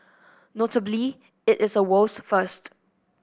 notably it is a world's first